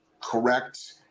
correct